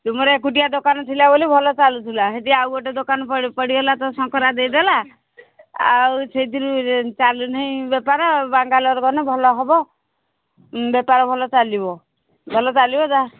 ତୁମର ଏକୁଟିଆ ଦୋକାନ ଥିଲା ବୋଲି ଭଲ ଚାଲୁଥିଲା ସେଠି ଆଉ ଗୋଟେ ଦୋକାନ ପଡ଼ିଗଲା ତ ଶଙ୍କରା ଦେଇଦେଲା ଆଉ ସେଇଥିରୁ ଚାଲୁନାହିଁ ବେପାର ବାଙ୍ଗାଲୋର ଗଲେ ଭଲ ହେବ ବେପାର ଭଲ ଚାଲିବ ଭଲ ଚାଲିବ ଯାହା